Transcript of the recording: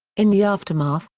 in the aftermath,